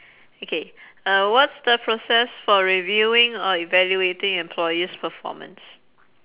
okay uh what's the process for reviewing or evaluating employees' performance